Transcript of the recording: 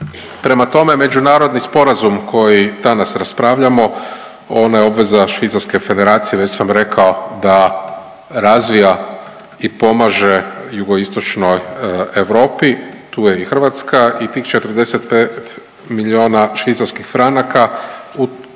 Prema tome, međunarodni sporazum koji danas raspravljamo, ona je obveza Švicarske Federacije, već sam rekao da razvija i pomaže Jugoistočnoj Europi, tu je i Hrvatska i tih 45 milijuna švicarskih franaka